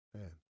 Man